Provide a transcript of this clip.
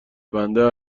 بنده